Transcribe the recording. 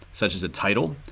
such as a title.